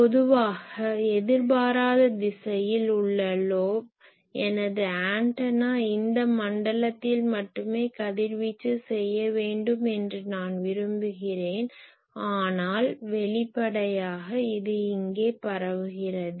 பொதுவாக எதிர்பாராத திசையில் உள்ள லோப் எனது ஆண்டனா இந்த மண்டலத்தில் மட்டுமே கதிர்வீச்சு செய்ய வேண்டும் என்று நான் விரும்புகிறேன் ஆனால் வெளிப்படையாக இது இங்கே பரவுகிறது